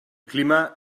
clima